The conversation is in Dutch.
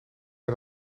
met